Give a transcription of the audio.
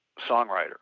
songwriter